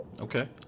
Okay